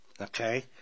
Okay